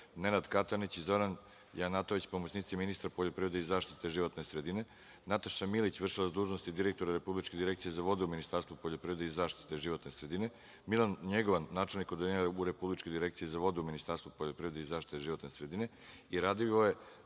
Nenad Katanić i Zoran Janjatović, pomoćnici ministra poljoprivrede i zaštite životne sredine, Nataša Milić, vršilac dužnosti direktora Republičke direkcije za vode u Ministarstvu poljoprivrede i zaštite životne sredine, Milan NJegovan, načelnik Odeljenja u Republičkoj direkciji za vode u Ministarstvu poljoprivrede i zaštite životne sredine